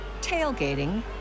tailgating